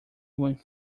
when